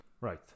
Right